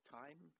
time